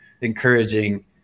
encouraging